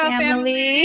family